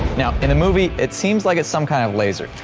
now in a movie it seems like it's some kind of laser,